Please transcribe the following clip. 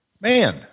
man